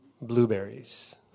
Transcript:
blueberries